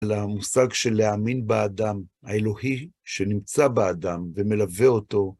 למושג של להאמין באדם, האלוהי שנמצא באדם ומלווה אותו.